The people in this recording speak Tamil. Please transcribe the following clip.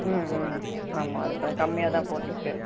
ம் ம் ஆமாம் அது கொஞ்சம் கம்மியாக தான் போட்டுருக்கு